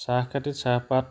চাহখেতিত চাহপাত